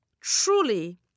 truly